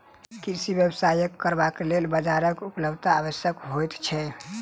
कृषि व्यवसाय करबाक लेल बाजारक उपलब्धता आवश्यक होइत छै